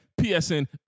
PSN